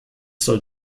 soll